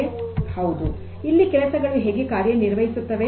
ಹೌದು ಇಲ್ಲಿ ಕೆಲಸಗಳು ಹೇಗೆ ಕಾರ್ಯ ನಿರ್ವಹಿಸುತ್ತವೆ